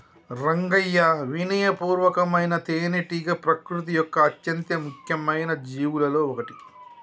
రంగయ్యా వినయ పూర్వకమైన తేనెటీగ ప్రకృతి యొక్క అత్యంత ముఖ్యమైన జీవులలో ఒకటి